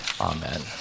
Amen